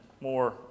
more